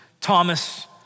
Thomas